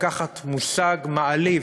לקחת מושג מעליב,